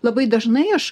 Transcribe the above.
labai dažnai aš